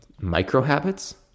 micro-habits